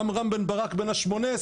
משרד הביטחון אומר שהוא עובד על חוק חדש,